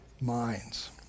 minds